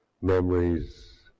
memories